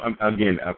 again